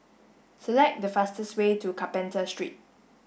select the fastest way to Carpenter Street